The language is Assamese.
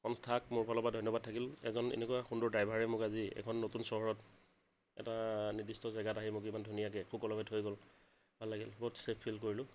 সংস্থাক মোৰ ফালৰপৰা ধন্যবাদ থাকিল এজন এনেকুৱা সুন্দৰ ড্ৰাইভাৰে মোক আজি এখন নতুন চহৰত এটা নিৰ্দিষ্ট জেগাত আহি মোক ইমান ধুনীয়াকৈ সুকলমে থৈ গ'ল ভাল লাগিল বহুত চেফ ফিল কৰিলোঁ